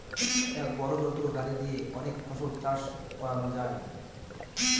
এক বড় যন্ত্র গাড়ি দিয়ে অনেক ফসল চাষ করানো যায়